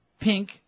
Pink